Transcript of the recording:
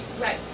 Right